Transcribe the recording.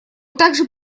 также